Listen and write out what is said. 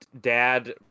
dad